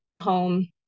home